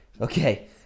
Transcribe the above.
okay